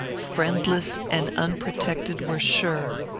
friendless and unprotected, were sure.